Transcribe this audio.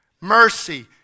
Mercy